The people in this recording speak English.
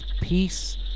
peace